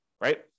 right